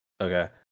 Okay